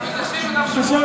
הם אזרחים